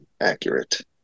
accurate